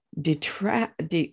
detract